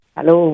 Hello